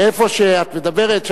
איפה שאת מדברת,